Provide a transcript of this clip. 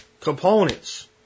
components